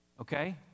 okay